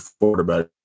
quarterback